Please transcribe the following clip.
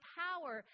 power